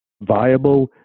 viable